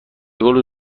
قول